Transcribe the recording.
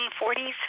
1940s